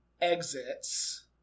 exits